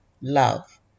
love